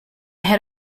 had